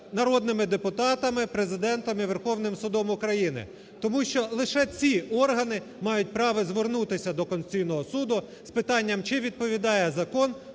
народними депутатами, Президентом і Верховним Судом України. Тому що лише ці органи мають право звернутися до Конституційного Суду з питанням, чи відповідає закон